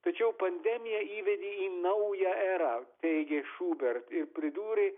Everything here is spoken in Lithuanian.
tačiau pandemija įvedė į naują erą teigė šubert ir pridūrė